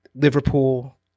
Liverpool